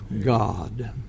God